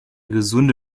gesunde